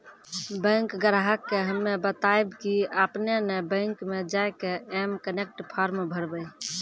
bank ग्राहक के हम्मे बतायब की आपने ने बैंक मे जय के एम कनेक्ट फॉर्म भरबऽ